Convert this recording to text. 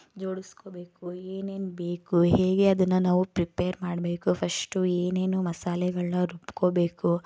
ಜೋಡಿಸ್ಕೊಳ್ಬೇಕು ಏನೇನು ಬೇಕು ಹೇಗೆ ಅದನ್ನು ನಾವು ಪ್ರಿಪೇರ್ ಮಾಡಬೇಕು ಫಶ್ಟು ಏನೇನು ಮಸಾಲೆಗಳನ್ನ ರುಬ್ಕೊಳ್ಬೇಕು